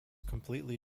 completely